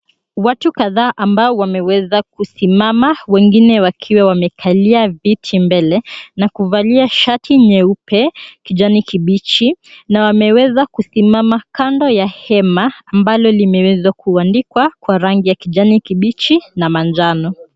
Watu kadhaa ambao wameweza kusimama wengine wakiwa wamekalia viti mbele na kuvalia shati nyeupe, kijani kibichi na wameweza kusimama kando ya hema ambalo limeweza kuandikwa kwa rangi ya kijani kibichi na manjano.